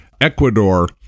Ecuador